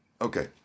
Okay